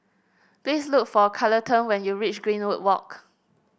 please look for Carleton when you reach Greenwood Walk